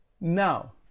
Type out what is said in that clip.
Now